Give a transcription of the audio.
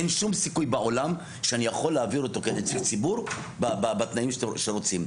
אין שום סיכוי בעולם שאני יכול להעביר אותו כנציג ציבור בתנאים שרוצים.